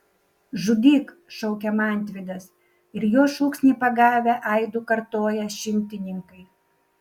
žudyk šaukia mantvydas ir jo šūksnį pagavę aidu kartoja šimtininkai